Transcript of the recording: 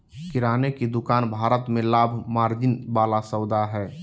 किराने की दुकान भारत में लाभ मार्जिन वाला सौदा हइ